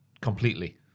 completely